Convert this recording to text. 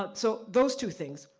ah so, those two things.